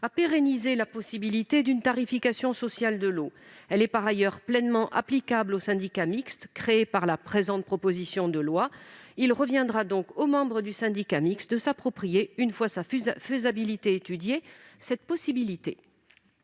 a pérennisé la possibilité d'une tarification sociale de l'eau. Celle-ci est par ailleurs pleinement applicable au syndicat mixte créé par la présente proposition de loi. Il reviendra donc aux membres du syndicat mixte de s'approprier, une fois sa faisabilité étudiée, cette possibilité.